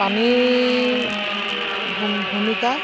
পানী ভূমিকা